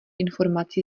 informací